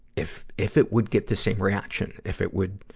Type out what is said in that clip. if, if it would get the same reaction, if it would,